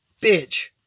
bitch